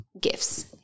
gifts